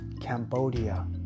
Cambodia